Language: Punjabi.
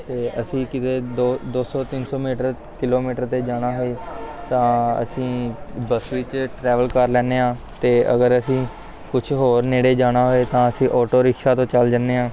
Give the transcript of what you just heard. ਅਤੇ ਅਸੀਂ ਕਿਤੇ ਦੋ ਦੋ ਸੌ ਤਿੰਨ ਸੌ ਮੀਟਰ ਕਿਲੋਮੀਟਰ ਕਿਲੋਮੀਟਰ 'ਤੇ ਜਾਣਾ ਹੈ ਤਾਂ ਅਸੀਂ ਬਸ ਵਿਚ ਟਰੈਵਲ ਕਰ ਲੈਂਦੇ ਹਾਂ ਅਤੇ ਅਗਰ ਅਸੀਂ ਕੁਛ ਹੋਰ ਨੇੜੇ ਜਾਣਾ ਹੋਵੇ ਤਾਂ ਅਸੀਂ ਆਟੋ ਰਿਕਸ਼ਾ ਤੋਂ ਚੱਲ ਜਾਂਦੇ ਹਾਂ